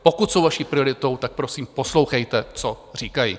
Pokud jsou vaší prioritou, tak prosím poslouchejte, co říkají.